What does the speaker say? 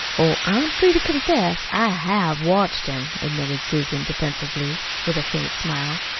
oh, i'm free to confess i have watched him, admitted susan defensively, with a faint smile.